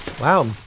Wow